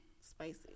Spicy